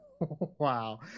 Wow